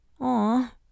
Aw